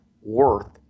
worth